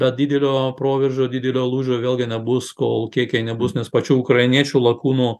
bet didelio proveržio didelio lūžio vėlgi nebus kol kiekiai nebus nes pačių ukrainiečių lakūnų